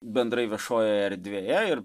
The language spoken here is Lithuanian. bendrai viešojoje erdvėje ir